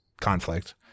conflict